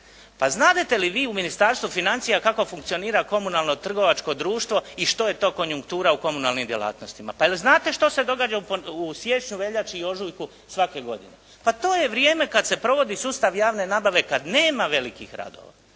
Pa znadete li vi u Ministarstvu financija kako funkcionira komunalno trgovačko društvo i što je to konjunktura u komunalnim djelatnostima. Pa je li znate što se događa u siječnju, veljači i ožujku svake godine? Pa to je vrijeme kada se provodi sustav javne nabave kada nema velikih radova.